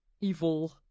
evil